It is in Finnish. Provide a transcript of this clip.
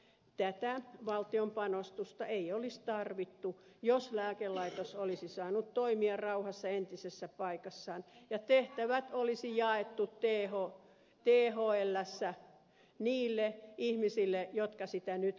tätä valtion panostusta ei olisi tarvittu jos lääkelaitos olisi saanut toimia rauhassa entisessä paikassaan ja tehtävät olisi jaettu thlssä niille ihmisille jotka niitä nytkin tekevät